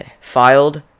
filed